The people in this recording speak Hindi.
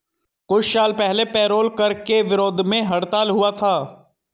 कुछ साल पहले पेरोल कर के विरोध में हड़ताल हुआ था